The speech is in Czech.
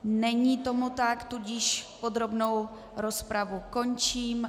Není tomu tak, tudíž podrobnou rozpravu končím.